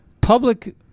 public